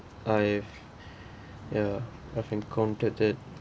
I've ya I've encountered that